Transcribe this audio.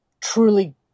truly